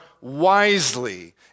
wisely